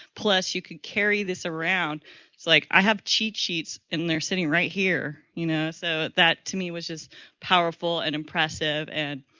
plus, you could carry this around. it's like i have cheat sheets in there sitting right here, you know. so that to me it was just powerful and impressive. and